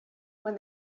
when